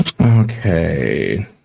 Okay